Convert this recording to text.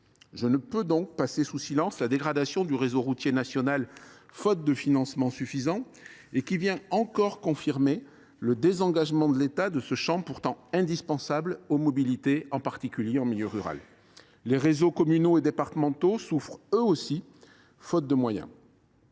Je ne peux donc passer sous silence la dégradation du réseau routier national, faute de financements suffisants. Celle ci vient confirmer le désengagement de l’État de ce champ pourtant indispensable aux mobilités, en particulier en milieu rural. Les réseaux communaux et départementaux souffrent eux aussi, par manque de moyens.